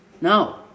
No